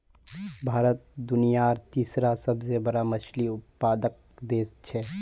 भारत दुनियार तीसरा सबसे बड़ा मछली उत्पादक देश छे